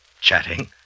chatting